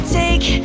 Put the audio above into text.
take